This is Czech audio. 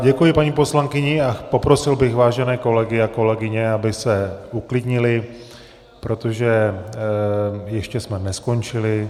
Děkuji paní poslankyni a poprosil bych vážené kolegy a kolegyně, aby se uklidnili, protože ještě jsme neskončili.